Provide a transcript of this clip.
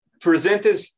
presented